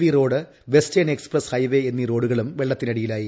V road western express highway എന്നീ റോഡുകളും വെള്ളത്തിനടിലായി